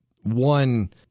one